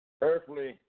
earthly